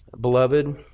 Beloved